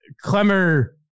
Clemmer